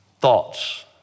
Thoughts